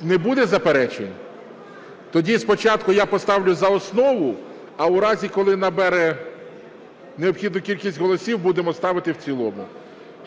Не буде заперечень? Тоді спочатку я поставлю за основу, а у разі, коли набере необхідну кількість голосів, будемо ставити в цілому.